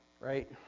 right